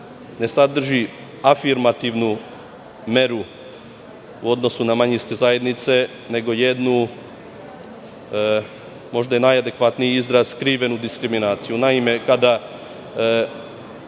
ne sadrži afirmativnu meru u odnosu na manjinske zajednice, nego jednu, možda je najadekvatniji izraz, skrivenu diskriminaciju. Kada